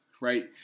right